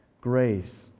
grace